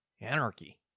Anarchy